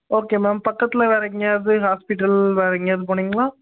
okay ma'am பக்கத்தில் வேறு எங்கேயாவது ஹாஸ்பிட்டல் வேறு எங்கேயாவது போனீங்களா